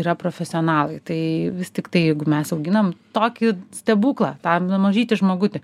yra profesionalai tai vis tiktai jeigu mes auginam tokį stebuklą tą mažytį žmogutį